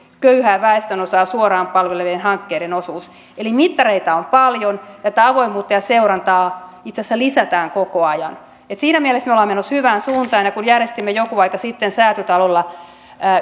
köyhää väestönosaa suoraan palvelevien hankkeiden osuus eli mittareita on paljon ja tätä avoimuutta ja seurantaa itse asiassa lisätään koko ajan siinä mielessä me olemme menossa hyvään suuntaan ja kun järjestimme jokin aika sitten säätytalolla